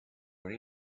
were